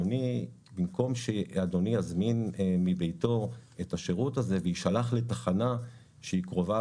במקום שאדוני יזמין מביתו את השירות הזה ויישלח לתחנה שהיא קרובה